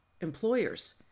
employers